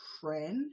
friend